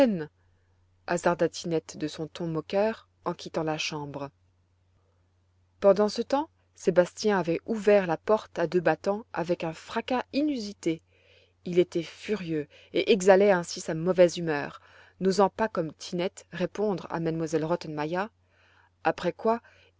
hasarda tinette de son ton moqueur en quittant la chambre pendant ce temps sébastien avait ouvert la porte à deux battants avec un fracas inusité il était furieux et exhalait ainsi sa mauvaise humeur n'osant pas comme tinette répondre à m elle rottenmeier après quoi